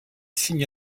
signe